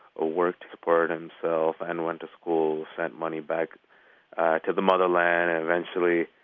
ah worked to support himself and went to school, sent money back to the motherland. and eventually,